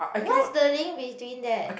what's the link between that